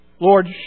Lord